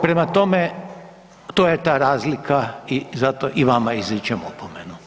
Prema tome, to je ta razlika i zato i vama izričem opomenu.